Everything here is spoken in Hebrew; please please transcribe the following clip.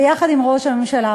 ביחד עם ראש הממשלה,